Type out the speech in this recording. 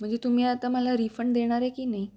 म्हणजे तुम्ही आता मला रिफंड देणार आहे की नाही